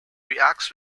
reacts